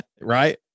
Right